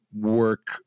work